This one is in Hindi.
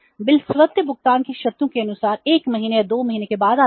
बिल स्वत भुगतान की शर्तों के अनुसार 1 महीने या 2 महीने के बाद आता है